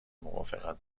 موافقت